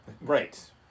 Right